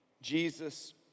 Jesus